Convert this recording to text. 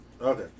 okay